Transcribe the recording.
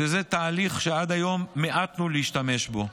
שזה תהליך שעד היום מיעטנו להשתמש בו.